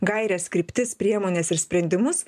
gaires kryptis priemones ir sprendimus